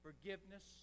forgiveness